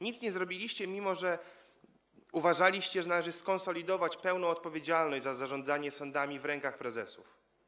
Nic nie zrobiliście, mimo że uważaliście, że należy skonsolidować pełną odpowiedzialność za zarządzanie sądami w rękach prezesów.